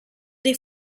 dei